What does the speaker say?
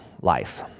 life